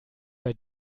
bei